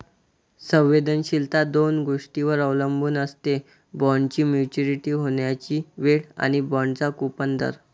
संवेदनशीलता दोन गोष्टींवर अवलंबून असते, बॉण्डची मॅच्युरिटी होण्याची वेळ आणि बाँडचा कूपन दर